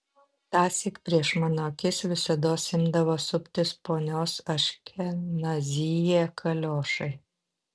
tąsyk prieš mano akis visados imdavo suptis ponios aškenazyje kaliošai